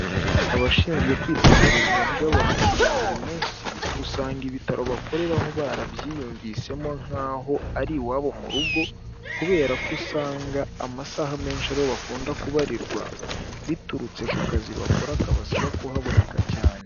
Abashinzwe kwita ku buzima bw'abantu bwa buri munsi, usanga ibitaro bakoreho barabyiyumvishemo nk'aho ari iwabo mu rugo kubera ko usanga amasaha menshi ariho bakunda kubarirwa, biturutse ku kazi bakora kabasaba kuhaboneka cyane.